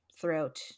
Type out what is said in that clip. throughout